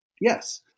Yes